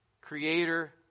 creator